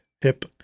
hip